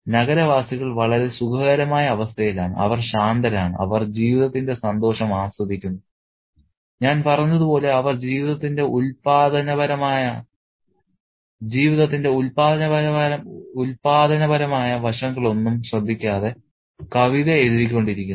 നഗരവാസികൾ വളരെ സുഖകരമായ അവസ്ഥയിലാണ് അവർ ശാന്തരാണ് അവർ ജീവിതത്തിന്റെ സന്തോഷം ആസ്വദിക്കുന്നു ഞാൻ പറഞ്ഞതുപോലെ അവർ ജീവിതത്തിന്റെ ഉൽപാദനപരമായ വശങ്ങളൊന്നും ശ്രദ്ധിക്കാതെ കവിതയെഴുതിക്കൊണ്ടിരിക്കുന്നു